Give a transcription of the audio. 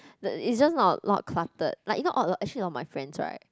like it's just not not cluttered like you know alo~ actually a lot of my friends right